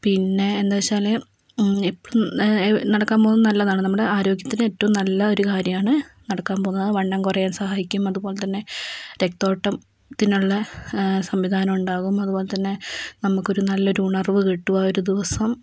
പിന്നെ എന്താണെന്നുവെച്ചാൽ ഇപ്പം നടക്കാൻ പോവുന്നത് നല്ലതാണ് നമ്മുടെ ആരോഗ്യത്തിന് ഏറ്റവും നല്ല ഒരു കാര്യമാണ് നടക്കാൻ പോവുന്നത് വണ്ണം കുറയാൻ സഹായിക്കും അതുപോലെത്തന്നെ രക്തയോട്ടത്തിനുള്ള സംവിധാനം ഉണ്ടാവും അതുപോലെത്തന്നെ നമുക്കൊരു നല്ലൊരു ഉണർവ് കിട്ടും ആ ഒരു ദിവസം